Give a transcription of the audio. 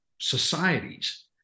societies